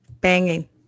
banging